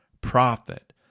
prophet